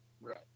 Right